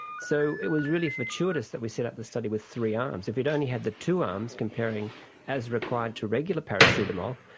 so it was really fortuitous that we set up the study with three arms. if we had only had the two arms, comparing as required to regular paracetamol,